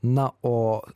na o